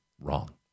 wrong